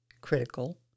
critical